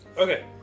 Okay